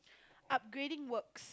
upgrading works